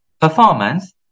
performance